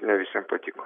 ne visiem patiko